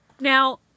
Now